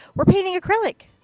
we're painting acrylic.